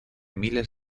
miles